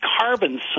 carbon